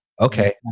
okay